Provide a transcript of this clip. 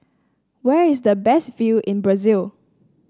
where is the best view in Brazil